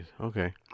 Okay